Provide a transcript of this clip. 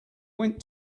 went